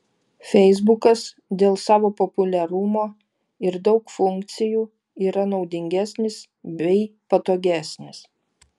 feisbukas dėl savo populiarumo ir daug funkcijų yra naudingesnis bei patogesnis